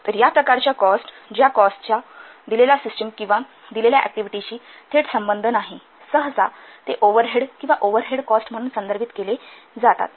तर या प्रकारच्या कॉस्ट ज्या कॉस्टचा दिलेल्या सिस्टिम किंवा दिलेल्या ऍक्टिव्हिटीशी थेट संबंध नाही सहसा ते ओव्हरहेड किंवा ओव्हरहेड कॉस्ट म्हणून संदर्भित केले जातात